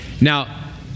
Now